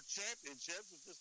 championships